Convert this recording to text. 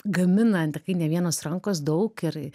gaminant ne vienos rankos daug ir